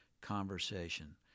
conversation